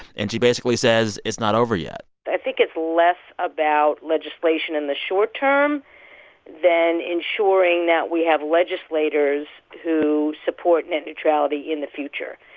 and she basically says, it's not over yet i think it's less about legislation in the short term than ensuring that we have legislators who support net neutrality in the future.